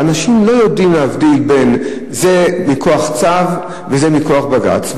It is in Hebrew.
ואנשים לא יודעים להבדיל שזה מכוח צו וזה מכוח בג"ץ,